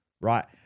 right